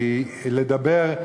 כי לדבר,